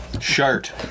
shart